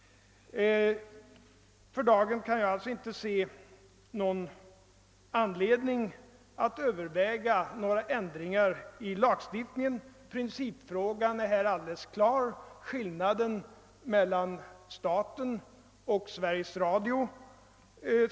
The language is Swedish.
För dagen kan jag alltså inte se någon anledning att överväga några ändringar i lagstiftningen. Principen är alideles klar i fråga om skillnaden mellan staten och Sveriges Radio.